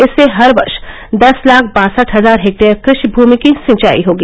इससे हर वर्ष दस लाख बासठ हजार हेक्टेयर कृषि भूमि की सिंचाई होगी